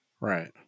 right